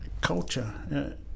culture